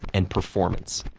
and performance.